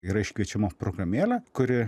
yra iškviečiama programėlė kuri